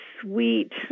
sweet